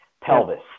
pelvis